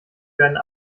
werden